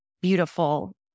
beautiful